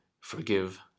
forgive